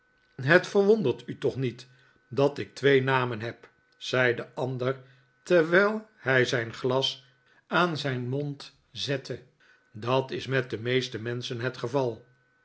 het verwondert u toch niet dat ik twee namen heb zei de ander terwijl hij zijn glas aan zijn mond zette dat is met de meeste menschen het geval